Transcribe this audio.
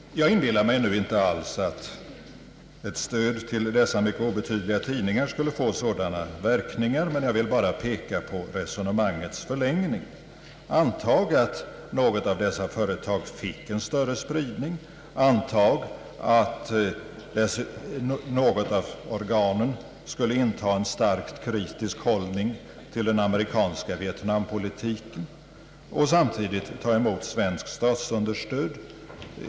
Jag inbillar mig inte alls att ett stöd till dessa mycket obetydliga tidningar skulle få några allvarliga verkningar, men jag vill peka på resonemangets förlängning. Antag att någon av dessa publikationer fick en större spridning, antag att något av organen skulle inta en starkt kritisk hållning till den amerikanska Vietnampolitiken och samtidigt ta emot svenskt statsunderstöd.